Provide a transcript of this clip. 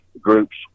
groups